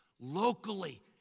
locally